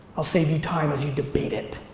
i'll save you time as you debate it.